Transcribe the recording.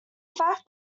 fact